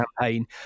campaign